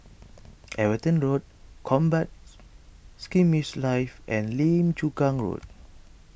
Everton Road Combat Skirmish Live and Lim Chu Kang Road